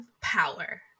power